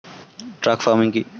Truck farming কি?